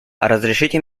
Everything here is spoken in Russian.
разрешите